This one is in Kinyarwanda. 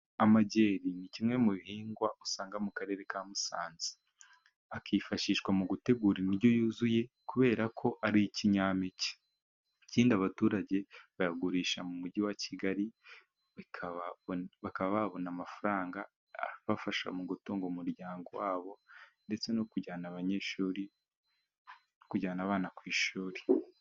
Amajeri ni kimwe mu bihingwa usanga mu karere ka Musanze, akifashishwa mu gutegura indyo yuzuye kuberako ari ikinyampeke, ikindi abaturage bayagurisha mu mujyi wa Kigali bakaba babona amafaranga abafasha mu gutunga umuryango wabo, ndetse no kujyana abanyeshuri kujyana abana ku ishuri.